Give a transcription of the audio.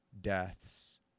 deaths